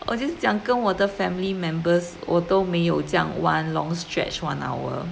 我就是讲跟我的 family members 我都没有 one long stretch one hour